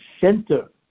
center